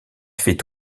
fait